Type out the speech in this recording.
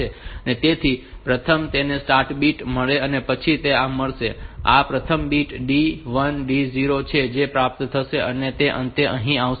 તેથી પ્રથમ તેને સ્ટાર્ટ બીટ મળે છે પછી તે આ મેળવશે આ પ્રથમ બીટ D 1 D 0 છે જે પ્રાપ્ત થાય છે અને તે અંતે અહીં આવે છે